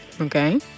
Okay